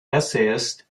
essayist